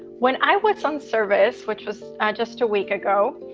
when i went on service, which was just a week ago,